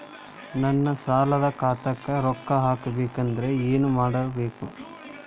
ನನ್ನ ಸಾಲದ ಖಾತಾಕ್ ರೊಕ್ಕ ಹಾಕ್ಬೇಕಂದ್ರೆ ಏನ್ ಮಾಡಬೇಕು?